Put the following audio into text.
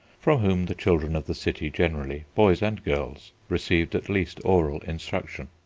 from whom the children of the city generally, boys and girls, received at least oral instruction.